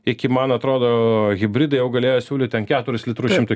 iki man atrodo hibridai jau galėjo siūlyt ten keturis litrus šimtui